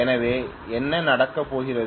எனவே என்ன நடக்கப் போகிறது